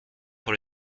pour